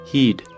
Heed